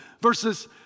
Verses